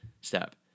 step